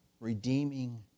redeeming